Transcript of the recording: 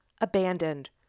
abandoned